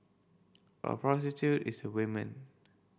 a prostitute is a women